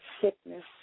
sickness